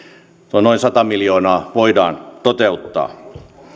tuo noin sata miljoonaa voidaan toteuttaa